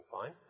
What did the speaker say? fine